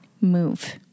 move